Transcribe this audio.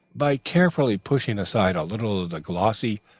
by carefully pushing aside a little of the glossy,